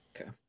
okay